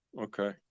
Okay